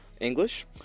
English